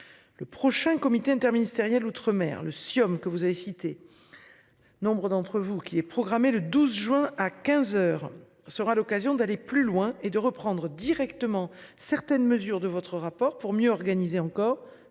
Le prochain comité interministériel outre-mer le CIOM que vous avez cité. Nombre d'entre vous qui est programmé le 12 juin à 15h, sera l'occasion d'aller plus loin et de reprendre directement certaines mesures de votre rapport pour mieux organiser encore